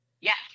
Yes